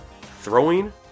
throwing